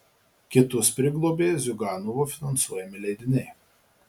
kitus priglobė ziuganovo finansuojami leidiniai